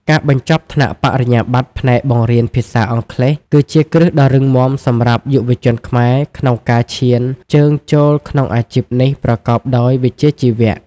ការបញ្ចប់ថ្នាក់បរិញ្ញាបត្រផ្នែកបង្រៀនភាសាអង់គ្លេស គឺជាគ្រឹះដ៏រឹងមាំសម្រាប់យុវជនខ្មែរក្នុងការឈានជើងចូលក្នុងអាជីពនេះប្រកបដោយវិជ្ជាជីវៈ។